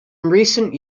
recent